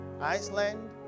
Iceland